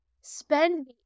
spend